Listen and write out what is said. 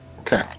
Okay